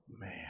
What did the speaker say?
Man